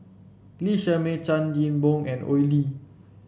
Lee Shermay Chan Chin Bock and Oi Lin